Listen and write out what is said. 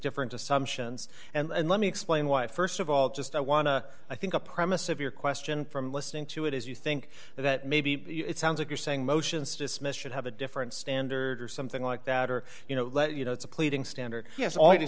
different assumptions and let me explain why st of all just i want to i think the premise of your question from listening to it is you think that maybe it sounds like you're saying motions to dismiss should have a different standard or something like that or you know let you know it's a pleading standard yes all